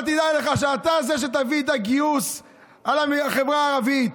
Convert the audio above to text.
אבל תדע לך שאתה זה שתביא את הגיוס על החברה הערבית.